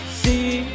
see